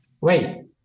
wait